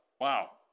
Wow